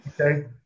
okay